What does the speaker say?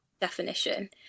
definition